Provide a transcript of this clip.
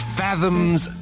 fathoms